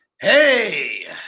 Hey